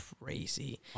crazy